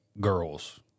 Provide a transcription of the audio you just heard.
girls